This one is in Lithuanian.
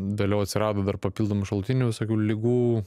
vėliau atsirado dar papildomų šaltinių visokių ligų